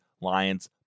Lions